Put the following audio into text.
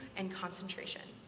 and concentration.